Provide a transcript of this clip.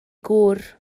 gŵr